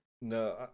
no